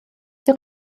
die